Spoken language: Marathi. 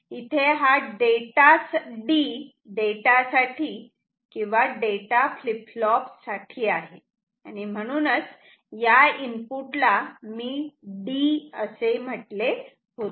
इथे हा D डेटा साठी किंवा डेटा फ्लीप फ्लॉप साठी आहे आणि म्हणूनच या इनपुटला मी D असे म्हटले होते